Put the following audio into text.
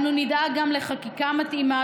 אנו נדאג גם לחקיקה מתאימה,